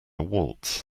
waltz